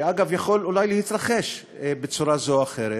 שאגב יכול אולי להתרחש בצורה זו או אחרת,